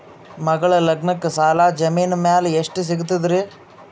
ಮಗಳ ಲಗ್ನಕ್ಕ ಸಾಲ ಜಮೀನ ಮ್ಯಾಲ ಎಷ್ಟ ಸಿಗ್ತದ್ರಿ?